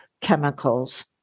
chemicals